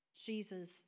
Jesus